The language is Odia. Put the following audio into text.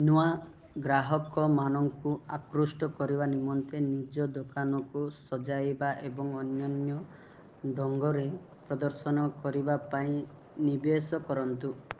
ନୂଆ ଗ୍ରାହକମାନଙ୍କୁ ଆକୃଷ୍ଟ କରିବା ନିମନ୍ତେ ନିଜ ଦୋକାନକୁ ସଜାଇବା ଏବଂ ଅନନ୍ୟ ଢ଼ଙ୍ଗରେ ପ୍ରଦର୍ଶନ କରିବାପାଇଁ ନିବେଶ କରନ୍ତୁ